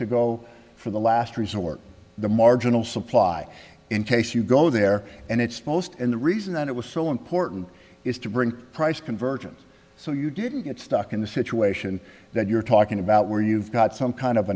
to go for the last resort the marginal supply in case you go there and it's most and the reason that it was so important is to bring price conversions so you didn't get stuck in the situation that you're talking about where you've got some kind of